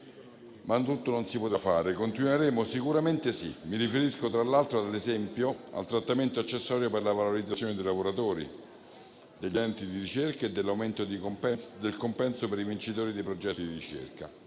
ma tutto non si poteva fare. Continueremo? Sicuramente sì. Mi riferisco, tra l'altro, al trattamento accessorio per la valorizzazione dei lavoratori, degli enti di ricerca e dell'aumento del compenso per i vincitori di progetti di ricerca.